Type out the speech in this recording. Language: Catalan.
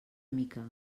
mica